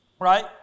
Right